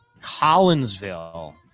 Collinsville